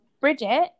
Bridget